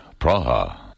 Praha